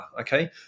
okay